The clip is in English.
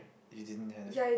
you didn't had it